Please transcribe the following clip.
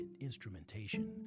instrumentation